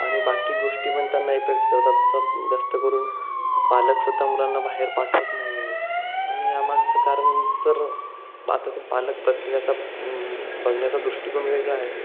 आणि बाकी गोष्टी पण त्यांना इफेक्ट करतात आता जास्त करून पालक सुद्धा मुलांना बाहेर पाठवत नाही आहेत आणि यामागचं कारण तर आता ते पालक प्रत्येकाचा बघण्याचा दृष्टिकोन वेगळा आहे